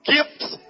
gifts